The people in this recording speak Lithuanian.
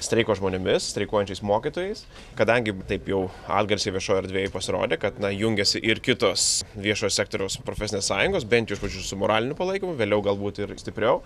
streiko žmonėmis streikuojančiais mokytojais kadangi taip jau atgarsiai viešoj erdvėj pasirodė kad na jungiasi ir kitos viešojo sektoriaus profesinės sąjungos bent iš pradžių su moraliniu palaikymu vėliau galbūt ir stipriau